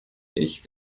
ich